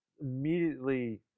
immediately